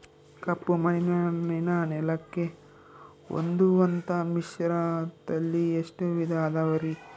ಕಪ್ಪುಮಣ್ಣಿನ ನೆಲಕ್ಕೆ ಹೊಂದುವಂಥ ಮಿಶ್ರತಳಿ ಎಷ್ಟು ವಿಧ ಅದವರಿ?